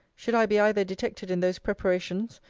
should i be either detected in those preparations,